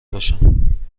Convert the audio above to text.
باشم